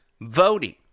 voting